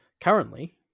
Currently